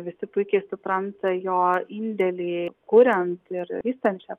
visi puikiai supranta jo indėlį kuriant ir vystant šią